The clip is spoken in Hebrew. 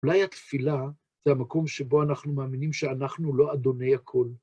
אולי התפילה זה המקום שבו אנחנו מאמינים שאנחנו לא אדוני הכול.